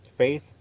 Faith